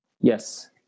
Yes